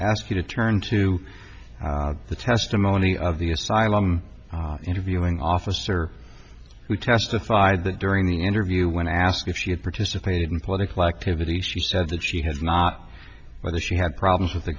ask you to turn to the testimony of the asylum interviewing officer who testified that during the interview when asked if he had participated in political activity she said that she has not whether she had problems with the